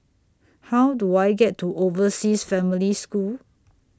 How Do I get to Overseas Family School